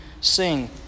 sing